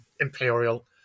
imperial